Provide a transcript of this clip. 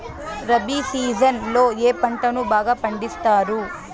rabi season లో ఏ పంటలు బాగా పండిస్తారు